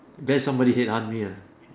bend somebody head ask me ah